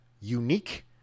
unique